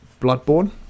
Bloodborne